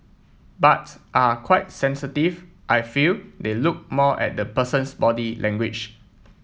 but are quite sensitive I feel they look more at the person's body language